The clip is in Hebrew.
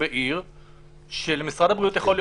כשכל חולה